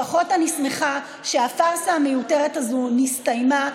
לפחות אני שמחה שהפארסה המיותרת הזאת נסתיימה,